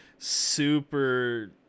super